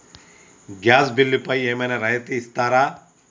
Gas బిల్లుపై ఏమైనా రాయితీ ఇస్తారా?